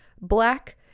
black